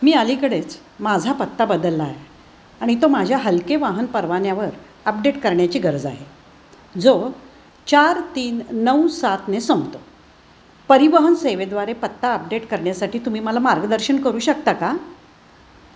मी अलीकडेच माझा पत्ता बदलला आहे आणि तो माझ्या हलके वाहन परवान्यावर अपडेट करण्याची गरज आहे जो चार तीन नऊ सातने संपतो परिवहन सेवेद्वारे पत्ता अपडेट करण्यासाठी तुम्ही मला मार्गदर्शन करू शकता का